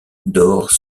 dore